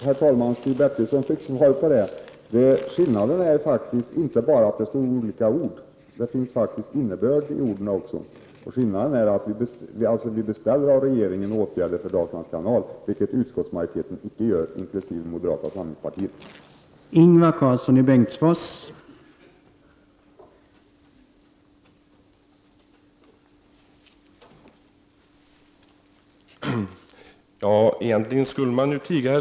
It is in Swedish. Herr talman! Stig Bertilsson fick svar. Skillnaden är faktiskt inte att det är olika ord. Innebörden i orden skiljer sig också åt. Skillnaden är att vi bestäl ler åtgärder för Dalslands kanal från regeringen, vilket utskottsmajoriteten, inkl. moderata samlingspartiet, inte gör.